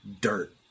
dirt